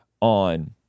on